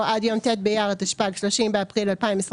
עד יום ט' באייר התשפ"ג (30 באפריל 2023)